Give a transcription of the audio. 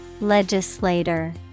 Legislator